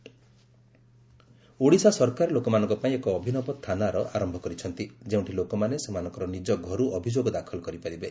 Odisha e police station Odisha ସରକାର ଲୋକମାନଙ୍କ ପାଇଁ ଏକ ଅଭିନବ ଥାନାର ଆରମ୍ଭ କରିଛନ୍ତି ଯେଉଁଠି ଲୋକମାନେ ସେମାନଙ୍କର ନିଜ ଘରୁ ଅଭିଯୋଗ ଦାଖଲ କରିପାରିବେ